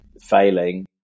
failing